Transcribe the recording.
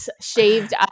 shaved